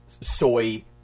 soy